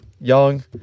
young